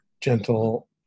gentle